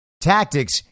tactics